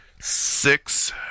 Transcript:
six